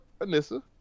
Anissa